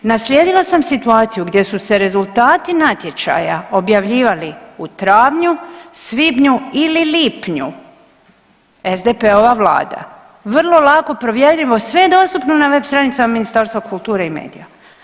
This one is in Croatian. Naslijedila sam situaciju gdje su se rezultati natječaja objavljivali u travnju, svibnju ili lipnju SDP-ova vlada, vrlo lako provjerljivo, sve je dostupno na web stranicama Ministarstva kulture i medija.